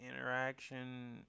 interaction